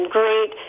great